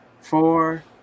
four